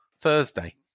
Thursday